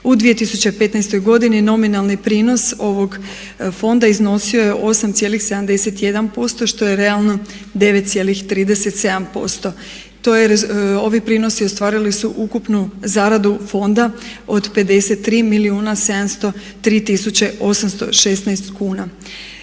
U 2015.godini nominalni prinos ovog fonda iznosio je 8,71% što je realno 9,37%. Ovi prinosi ostvarili su ukupnu zaradu fonda od 53 milijuna 703 816 kuna.